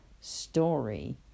story